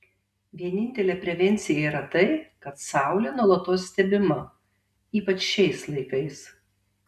vienintelė prevencija yra tai kad saulė nuolatos stebima ypač šiais laikais